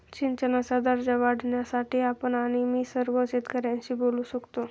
सिंचनाचा दर्जा वाढवण्यासाठी आपण आणि मी सर्व शेतकऱ्यांशी बोलू शकतो